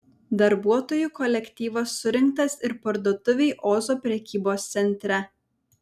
darbuotojų kolektyvas surinktas ir parduotuvei ozo prekybos centre